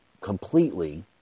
completely